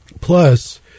Plus